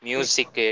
Music